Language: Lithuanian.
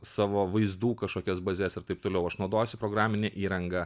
savo vaizdų kažkokias bazes ir taip toliau aš naudojosi programine įranga